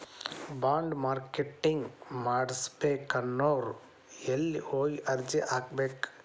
Bond marketing ಮಾಡ್ಬೇಕನ್ನೊವ್ರು ಯೆಲ್ಲೆ ಹೊಗಿ ಅರ್ಜಿ ಹಾಕ್ಬೆಕು?